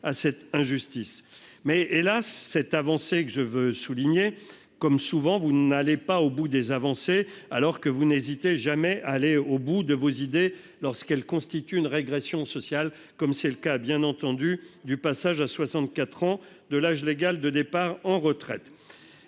Mais, hélas ! je veux souligner que, comme souvent, vous n'allez pas au bout de vos avancées, alors que vous n'hésitez jamais à aller au bout de vos idées lorsqu'elles constituent une régression sociale, comme c'est le cas, bien entendu, du passage à 64 ans de l'âge légal de départ à la retraite.